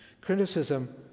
Criticism